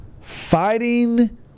fighting